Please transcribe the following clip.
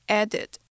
added